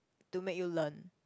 to make you learn